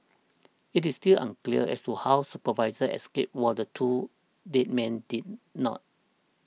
it is still unclear as to how the supervisor escaped while the two dead men did not